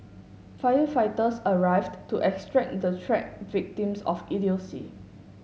firefighters arrived to extract the trap victims of idiocy